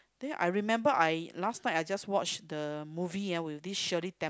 then I remember I last night I just watch the movie ah with this Shirley tem~